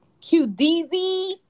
QDZ